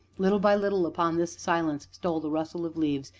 little by little upon this silence stole the rustle of leaves,